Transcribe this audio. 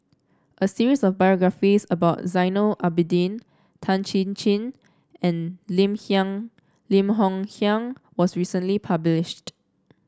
a series of biographies about Zainal Abidin Tan Chin Chin and Lim Kiang Lim Hng Kiang was recently published